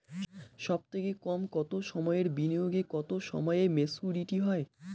সবথেকে কম কতো সময়ের বিনিয়োগে কতো সময়ে মেচুরিটি হয়?